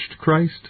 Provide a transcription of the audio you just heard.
Christ